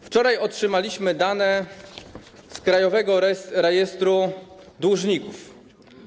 Wczoraj otrzymaliśmy dane z Krajowego Rejestru Długów.